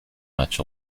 much